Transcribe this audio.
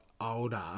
older